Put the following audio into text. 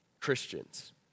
Christians